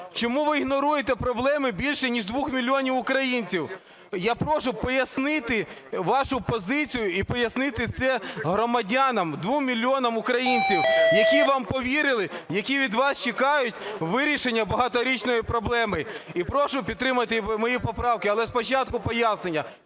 Чому ви ігноруєте проблеми більш ніж 2 мільйонів українців? Я прошу пояснити вашу позицію, і пояснити це громадянам – двом мільйонам українців, які вам повірили, які від вас чекають вирішення багаторічної проблеми. Прошу підтримати мої поправки. Але спочатку пояснення.